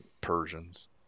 Persians